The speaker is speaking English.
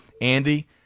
Andy